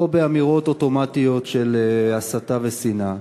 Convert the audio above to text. לא באמירות אוטומטיות של הסתה ושנאה,